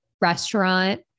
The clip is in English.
restaurant